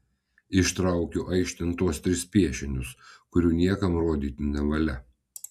ištraukiu aikštėn tuos tris piešinius kurių niekam rodyti nevalia